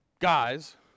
guys